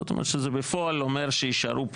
זאת אומרת שזה בפועל אומר שיאשרו פה